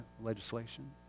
legislation